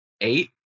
eight